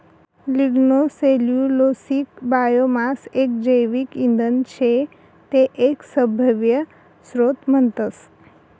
lignocellulosic biomass एक जैविक इंधन शे ते एक सभव्य स्त्रोत म्हणतस